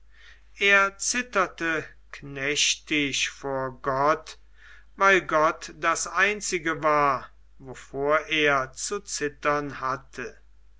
er zitterte knechtisch vor gott weil gott das einzige war wovor er zu zittern hatte